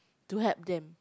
to help them